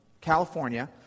California